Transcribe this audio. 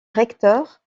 recteur